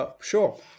Sure